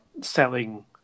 selling